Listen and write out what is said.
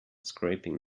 scraping